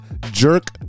jerk